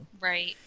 right